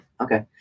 Okay